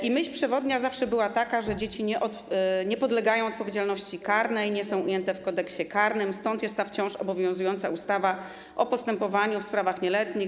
I myśl przewodnia zawsze była taka, że dzieci nie podlegają odpowiedzialności karnej, nie są ujęte w Kodeksie karnym, stąd jest ta wciąż obowiązująca ustawa o postępowaniu w sprawach nieletnich.